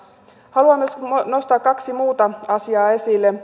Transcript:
haluan myös nostaa kaksi muuta asiaa esille